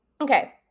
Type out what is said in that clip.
Okay